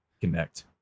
connect